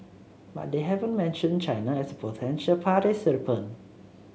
but they haven't mentioned China as potential participant